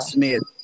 Smith